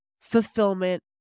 fulfillment